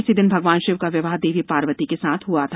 इसी दिन भगवान शिव का विवाह देवी पार्वती के साथ हुआ था